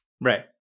right